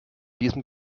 diesem